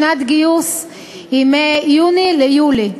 שנת גיוס היא מיוני ליולי.